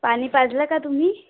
पाणी पाजलं का तुम्ही